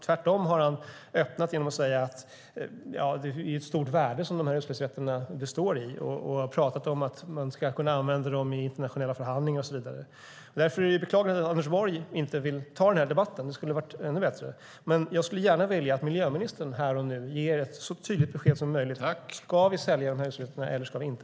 Tvärtom har han öppnat genom att säga att det är ett stort värde som utsläppsrätterna består i och talat om att man ska kunna använda dem i internationella förhandlingar och så vidare. Därför är det beklagligt att Anders Borg inte ville ta den här debatten. Det skulle ha varit ännu bättre. Men jag skulle gärna vilja att miljöministern här och nu ger ett så tydligt besked som möjligt i frågan: Ska vi sälja utsläppsrätterna eller inte?